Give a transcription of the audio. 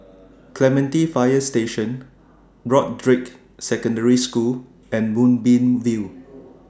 Clementi Fire Station Broadrick Secondary School and Moonbeam View